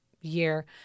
year